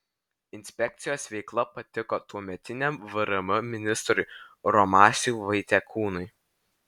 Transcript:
inspekcijos veikla patiko tuometiniam vrm ministrui romasiui vaitekūnui